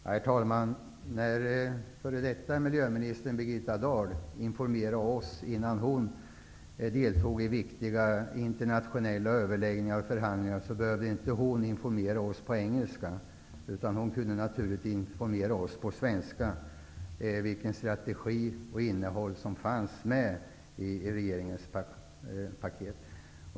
Herr talman! När f.d. miljöministern Birgitta Dahl informerade oss innan hon deltog i viktiga internationella överläggningar och förhandlingar behövde hon inte göra det på engelska. Hon kunde naturligtvis informera oss på svenska om vilken strategi och vilket innehåll som fanns med i regeringens paket.